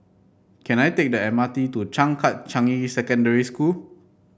can I take the M R T to Changkat Changi Secondary School